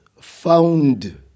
found